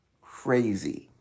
crazy